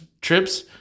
trips